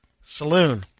saloon